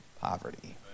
poverty